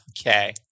Okay